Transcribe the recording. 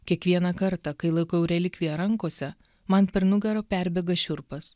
kiekvieną kartą kai laikau relikviją rankose man per nugarą perbėga šiurpas